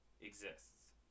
exists